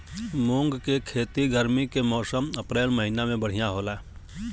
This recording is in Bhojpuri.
मुंग के खेती गर्मी के मौसम अप्रैल महीना में बढ़ियां होला?